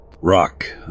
Rock